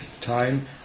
time